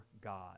God